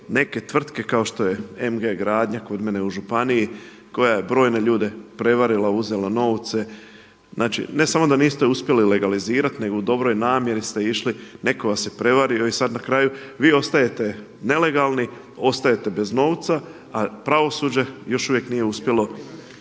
neke tvrtke kao što je MG Gradnja kod mene u županiji koja je brojne ljude prevarila, uzela novce, znači ne samo da niste uspjeli legalizirati nego u dobroj namjeri ste išli, netko vas je prevario i sad na kraju vi ostajete nelegalni, ostajete bez novca a pravosuđe još uvijek nije uspjelo